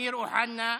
אמיר אוחנה.